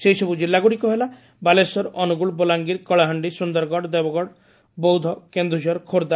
ସେହିସବୁ ଜିଲ୍ଲାଗୁଡ଼ିକ ହେଲା ବାଲେଶ୍ୱର ଅନୁଗୁଳ ବଲାଙ୍ଗିର କଳାହାଖି ସୁନ୍ଦରଗଡ଼ ଦେଓଗଡ଼ବୌଦ୍ଧ କେନ୍ଦୁଝର ଖୋର୍ଣ୍